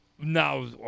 No